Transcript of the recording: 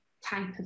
type